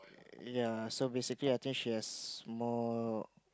ya so basically I think she has more